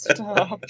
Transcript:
Stop